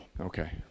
Okay